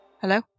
Hello